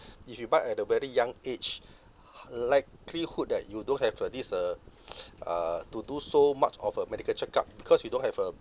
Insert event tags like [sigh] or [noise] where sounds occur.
if you buy at a very young age [noise] likelihood that you don't have uh this uh [noise] uh to do so much of a medical checkup because you don't have a